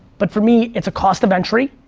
but for me, it's a cost of entry.